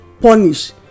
Punish